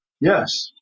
Yes